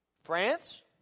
France